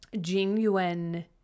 genuine